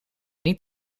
niet